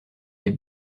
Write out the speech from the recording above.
les